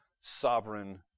sovereign